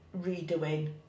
redoing